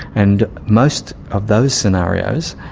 and most of those scenarios,